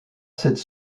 cette